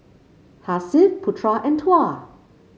Hasif Putra and Tuah